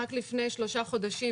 רק לפני שלושה חודשים,